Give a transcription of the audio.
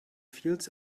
fields